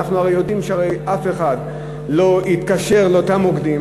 הרי אנחנו יודעים שאף אחד לא יתקשר לאותם מוקדים.